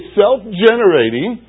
self-generating